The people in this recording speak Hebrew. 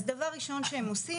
אז דבר ראשון שהם עושים.